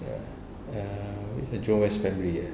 ya err family eh